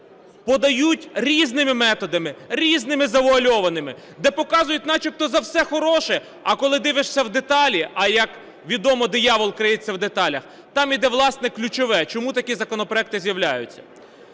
подають різними методами, різними завуальованими, де показують начебто за все хороше, а коли дивишся в деталі, а як відомо, диявол криється в деталях, там йде, власне, ключове, чому такі законопроекти з'являються.